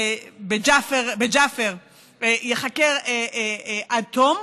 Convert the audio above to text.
בג'עפר, ייחקר עד תום,